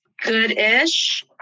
good-ish